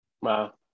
Wow